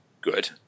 good